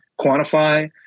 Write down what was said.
quantify